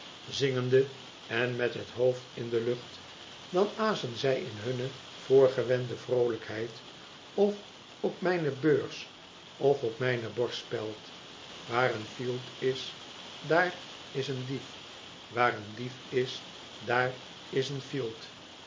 zingende en met het hoofd in de lucht dan azen zij in hunne voorgewende vroolijkheid of op mijne beurs of op mijne borstspeld waar een fielt is daar is een dief waar een diefis daar is een fielt